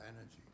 energy